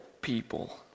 people